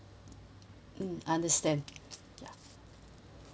mm understand ya